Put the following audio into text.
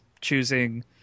choosing